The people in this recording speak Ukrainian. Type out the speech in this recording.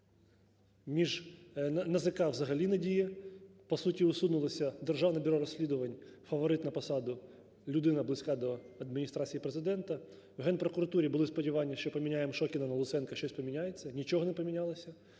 НАЗК взагалі не діє, по суті усунулося Державне бюро розслідувань, фаворит на посаду людина, близька до Адміністрації Президента, в Генпрокуратурі були сподівання, що поміняємо Шокіна на Луценка і щось поміняється, а нічого не помінялося